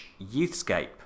youthscape